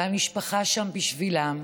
המשפחה שם בשבילם,